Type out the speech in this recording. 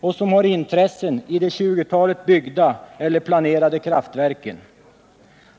och som har intressen i de tjugotalet byggda eller planerade kraftverken.